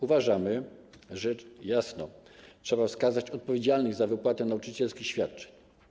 Uważamy, że jasno trzeba wskazać odpowiedzialnych za wypłatę nauczycielskich świadczeń.